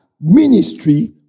ministry